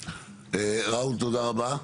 ראול תודה רבה.